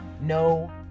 no